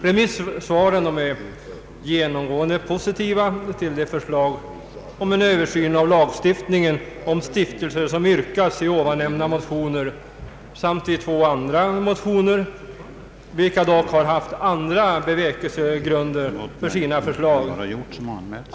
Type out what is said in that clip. Remissvaren är genomgående positiva till det förslag om en översyn av lagstiftningen för stiftelser som framförts i nämnda motioner samt i två andra motioner, vilka dock har haft andra bevekelsegrunder för sina förslag.